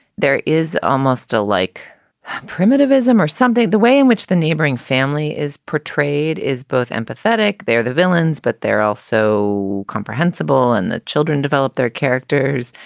there is almost a like primitivism or something. the way in which the neighboring family is portrayed is both empathetic. they're the villains, but they're also comprehensible. and the children develop their characters.